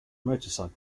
motorcycle